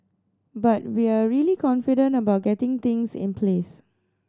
but we're really confident about getting things in place